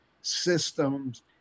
systems